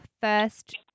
first